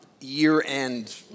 year-end